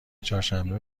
چهارشنبه